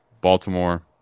Baltimore